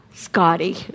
Scotty